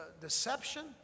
deception